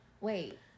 Wait